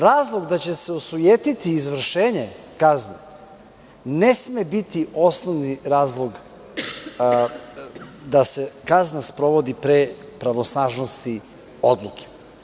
Razloga da će se osujetiti izvršenje kazne ne sme biti osnovni razlog da se kazna sprovodi pre pravosnažnosti odluke.